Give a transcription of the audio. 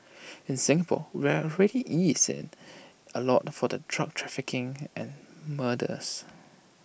in Singapore we've already eased IT A lot for the drug trafficking and murders